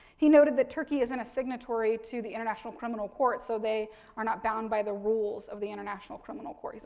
he noted that turkey isn't a signatory to the international criminal court, so they are not bound by the rules of the international criminal court. he's